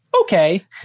Okay